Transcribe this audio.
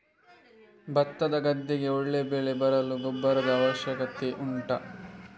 ಭತ್ತದ ಗದ್ದೆಗೆ ಒಳ್ಳೆ ಬೆಳೆ ಬರಲು ಗೊಬ್ಬರದ ಅವಶ್ಯಕತೆ ಉಂಟಾ